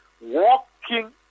walking